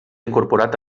incorporat